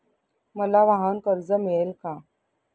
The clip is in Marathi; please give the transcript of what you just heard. मला वाहनकर्ज मिळेल का?